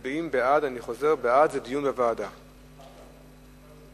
ההצעה להעביר את הנושא לוועדת העבודה,